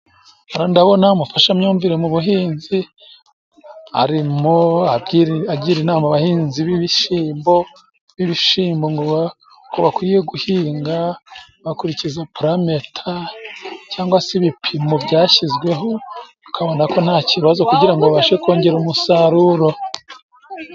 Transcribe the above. Ndabona umufashamyumvire mu buhinzi arimo agira inama abahinzi b’ibishimbo, b'ibishimbo ko bakwiye guhinga bakurikiza purameta cyangwa se ibipimo byashyizweho, ukabona ko nta kibazo kugira ngo babashe kongera umusaruro.